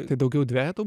tai daugiau dvejetų